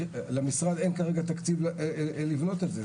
למשרד אין כרגע תקציב לבנות את זה.